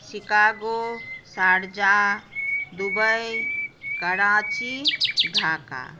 Chicago Sharjah Dubai Karachi Dhaka